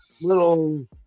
little